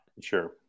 sure